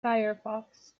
firefox